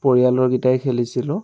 পৰিয়ালৰগিটাই খেলিছিলোঁ